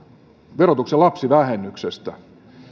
verotuksen lapsivähennyksestä